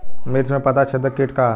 मिर्च में पता छेदक किट का है?